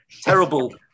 terrible